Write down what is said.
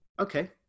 Okay